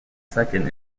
second